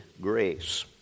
grace